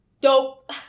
Dope